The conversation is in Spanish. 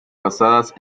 basadas